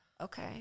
Okay